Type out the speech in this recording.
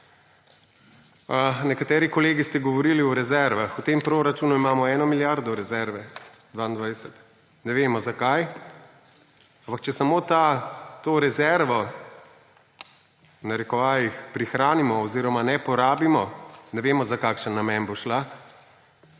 Nekateri kolegi ste govorili o rezervah. V proračunu 2022 imamo 1 milijardo rezerve. Ne vemo, zakaj, ampak če samo te rezerve, v narekovajih, »prihranimo« oziroma ne porabimo, ne vemo, za kakšen namen bo šla,